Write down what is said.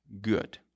good